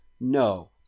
No